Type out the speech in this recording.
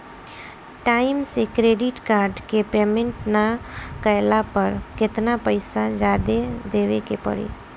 Time से credit card के payment ना कैला पर केतना पईसा जादे देवे के पड़ी?